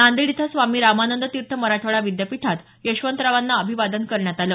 नांदेड इथं स्वामी रामानंद तीर्थ मराठवाडा विद्यापीठात यशवंतरावांना अभिवादन करण्यात आलं